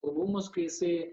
rūmus kai jisai